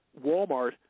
Walmart